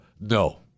no